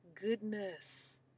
goodness